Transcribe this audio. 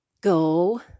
Go